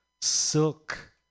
silk